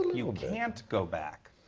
you can't go back.